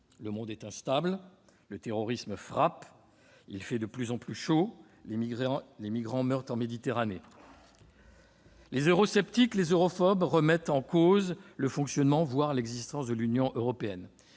Le monde est instable ; le terrorisme frappe ; il fait de plus en plus chaud ; les migrants meurent en Méditerranée. Les eurosceptiques, les europhobes, remettent en cause le fonctionnement voire l'existence de l'Union européenne